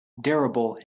durable